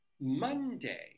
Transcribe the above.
Monday